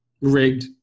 rigged